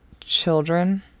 children